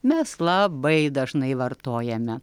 mes labai dažnai vartojame